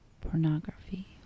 pornography